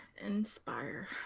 inspire